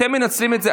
אתם מנצלים את זה,